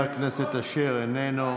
חבר הכנסת אשר, איננו.